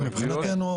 התכנון.